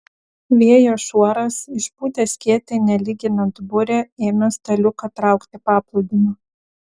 vėjo šuoras išpūtęs skėtį nelyginant burę ėmė staliuką traukti paplūdimiu